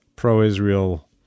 pro-Israel